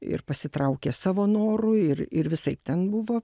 ir pasitraukė savo noru ir ir visaip ten buvo